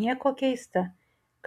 nieko keista